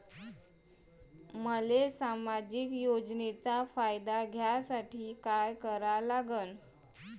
मले सामाजिक योजनेचा फायदा घ्यासाठी काय करा लागन?